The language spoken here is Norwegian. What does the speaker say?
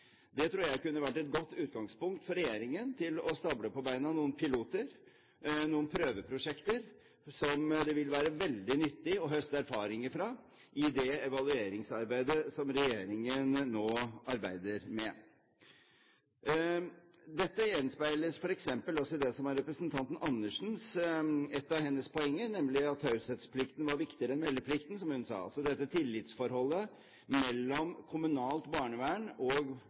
Det tror jeg kunne vært et godt utgangspunkt for regjeringen til å stable på beina noen piloter, noen prøveprosjekter, som det ville være veldig nyttig å høste erfaringer fra i det evalueringsarbeidet som regjeringen nå gjør. Dette gjenspeiles f.eks. også i det som var ett av representanten Andersens poenger, nemlig at taushetsplikten var viktigere enn meldeplikten, som hun sa, altså dette tillitsforholdet mellom kommunalt barnevern og